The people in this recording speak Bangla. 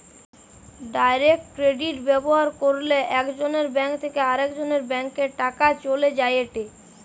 ডাইরেক্ট ক্রেডিট ব্যবহার কইরলে একজনের ব্যাঙ্ক থেকে আরেকজনের ব্যাংকে টাকা চলে যায়েটে